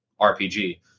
RPG